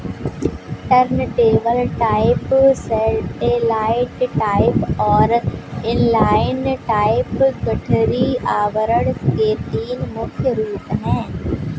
turntable type, satellite type और inline type गठरी आवरण के तीन मुख्य रूप है